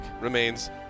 remains